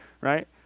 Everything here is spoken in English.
right